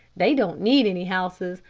they don't need any houses,